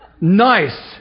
Nice